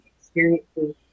experiences